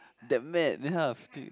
that mad that kind of thing